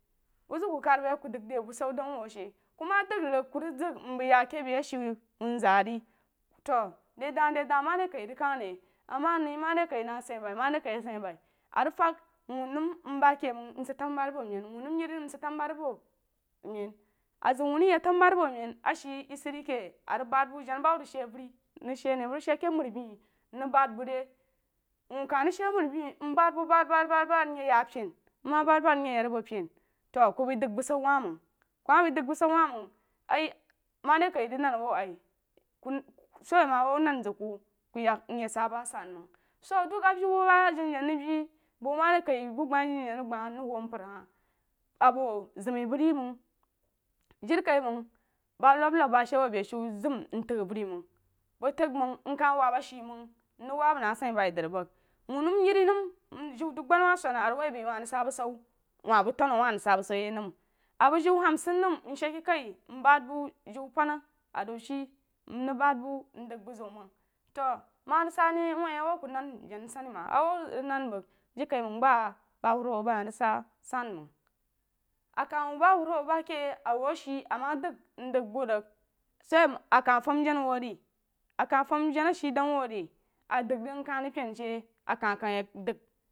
Wou zəg ku kad a bu ye a ku dəg de bushu dau o wou a she ku ma dəg rig ku rig zəg bəí ya ke be ashe she woun zaa re to de da de da ma re kai rig kəg re ama ni ma re kai na a sai bai ma re kai a saī a rig fag wuu nəm ban ke məng nsid towbari a bo men a zəg wuu rig yəg tawbubar abo men she ye sid de ke a rig ban jana wub rig shii avəri nrig shii ne nrig shii maribenrig ban bu re wuu ka rig shii a mari be ban bu ban ban nye ya pen ku ma ban ban ban nye nma ban baz nye ya bu pen to ku bəi dəg bushu wah məng ku ma bəi dəg bushu wati məng ayi mani kai rig nan a wou ayi ku so woi a wou nan zəg ku, ku yek nyi sa ba sanməng so dəg a vew bu ba jan jana rig vei məg ma re kaí nəm bu ghah ng wou mpər hohi a bo zəma bəg ri məng jirikaiməng ba nom nam shii a bo be shy nzam ntag avəri məng bəg tang məng nka wob ashe məng nrig wob na sai bai dri bəg wuu məm yerinəm njiu dub-agbana wah swang a rig wouh bai ku rig sa bu shu wah bəg taw a wah rig sa bushu ye nəm a bəg jiu hamsin nəm nshe ke kai nban bu jiu pana a zau shii mrīg ban bu mdəg bu zeun məng to ma a rig sa ne woh awou su nan jana nsani ma awou rig nan bəg jirikaiməg ba bawuruwu ba hahi rig sa san məng a ka wou ba wuruwu ba ke awou ashe ama dəg mdəg bu rig sah a, kah fam jana wou re aka fam jana a she dnu wou re a dəg rig mka rig apen she